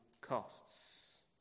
costs